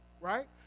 right